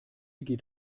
geht